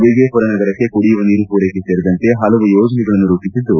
ವಿಜಯಪುರ ನಗರಕ್ಕೆ ಕುಡಿಯುವ ನೀರು ಪೂರೈಕೆ ಸೇರಿದಂತೆ ಹಲವು ಯೋಜನೆಗಳನ್ನು ರೂಪಿಸಿದ್ದು